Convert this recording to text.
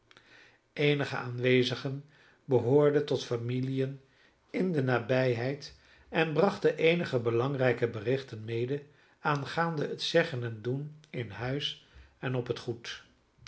eenige aanwezigen behoorden tot familiën in de nabijheid en brachten eenige belangrijke berichten mede aangaande het zeggen en doen in huis en op het goed